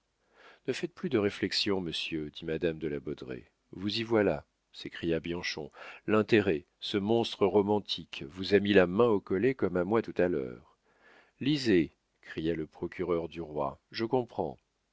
ne faites plus de réflexions monsieur dit madame de la baudraye vous y voilà s'écria bianchon l'intérêt ce monstre romantique vous a mis la main au collet comme à moi tout à l'heure lisez cria le procureur du roi je comprends